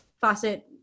faucet